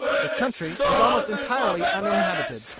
the country was almost entirely uninhabited.